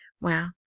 Wow